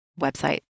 website